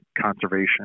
conservation